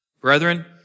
Brethren